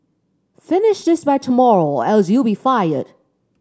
finish this by tomorrow or else you'll be fired